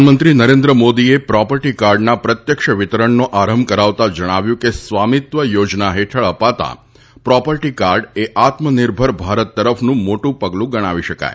પ્રધાનમંત્રી નરેન્દ્ર મોદીએ પ્રોપર્ટી કાર્ડના પ્રત્યક્ષ વિતરણનો આરંભ કરાવતા જણાવ્યું છે કે સ્વામિત્વ યોજના હેઠળ અપાતા પ્રોપર્ટી કાર્ડ એ આત્મનિર્ભર ભારત તરફનુ મોટુ પગલુ ગણાવી શકાય